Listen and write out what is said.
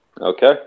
Okay